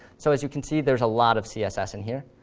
so as you can see, there's a lot of css in here,